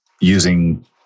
using